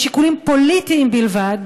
משיקולים פוליטיים בלבד,